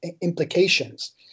implications